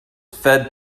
fed